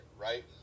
right